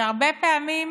שהרבה פעמים